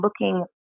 looking